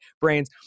brains